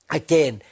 again